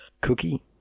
Cookie